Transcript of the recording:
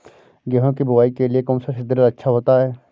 गेहूँ की बुवाई के लिए कौन सा सीद्रिल अच्छा होता है?